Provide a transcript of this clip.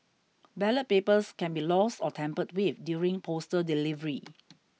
ballot papers can be lost or tampered with during postal delivery